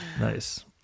Nice